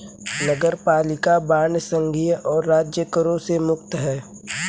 नगरपालिका बांड संघीय और राज्य करों से मुक्त हैं